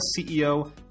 CEO